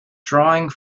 drawing